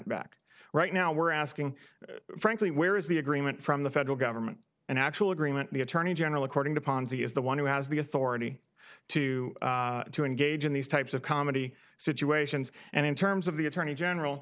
back right now we're asking frankly where is the agreement from the federal government and actual agreement the attorney general according to ponzi is the one who has the authority to to engage in these types of comedy situations and in terms of the attorney general